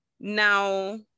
Now